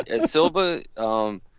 Silva –